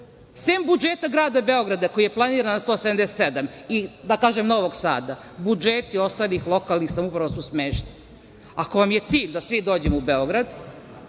budžeta grada Beograda, koji je planiran 177 milijardi i da kažem Novog Sada, budžeti ostalih lokalnih samouprava su smešni. Ako vam je cilj da svi dođemo u Beograd,